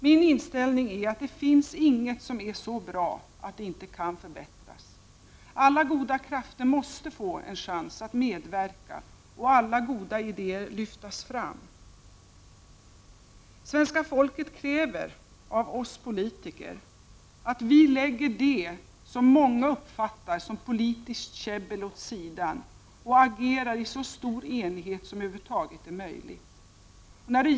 Min inställning är att det inte 33 finns något som är så bra att det inte kan förbättras. Alla goda krafter måste få en chans att medverka, och alla goda idéer måste lyftas fram. Svenska folket kräver av oss politiker att vi lägger det som många uppfattar som politiskt käbbel åt sidan och i stället agerar i så stor enighet som det över huvud taget är möjligt.